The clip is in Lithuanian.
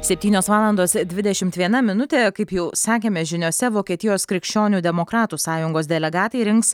septynios valandos dvidešimt viena minutė kaip jau sakėme žiniose vokietijos krikščionių demokratų sąjungos delegatai rinks